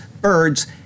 birds